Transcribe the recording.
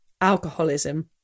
alcoholism